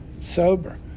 sober